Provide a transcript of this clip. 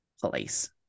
police